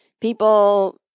people